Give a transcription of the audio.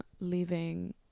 leaving